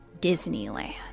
Disneyland